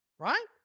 Right